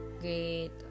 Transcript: great